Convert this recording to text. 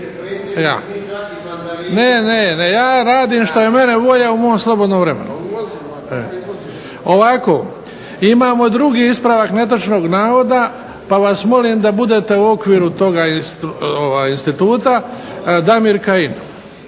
Ne, ne. Ja radim što je mene volja u mom slobodnom vremenu. Ovako, imamo drugi ispravak netočnog navoda pa vas molim da budete u okviru toga instituta. Damir Kajin.